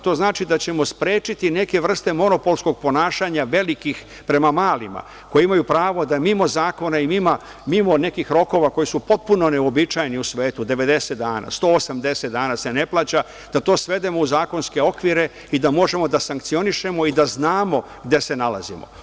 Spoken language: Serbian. To znači da ćemo sprečiti neke vrste monopolskog ponašanja velikih prema malima, koje imaju pravo da mimo zakona i mimo nekih rokova koji su potpuno neuobičajeni u svetu, 90 dana, 180 dana se ne plaća, da to svedemo u zakonske okvire i da možemo da sankcionišemo i da znamo gde se nalazimo.